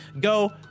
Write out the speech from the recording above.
Go